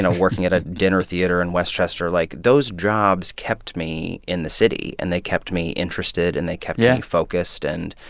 and working at a dinner theater in westchester, like, those jobs kept me in the city. and they kept me interested yeah and they kept yeah me focused and.